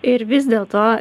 ir vis dėl to